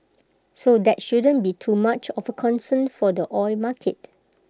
so that shouldn't be too much of concern for the oil market